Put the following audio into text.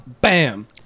bam